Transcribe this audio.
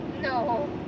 No